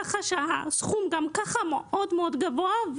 כך שהסכום גם ככה מאוד מאוד גבוה.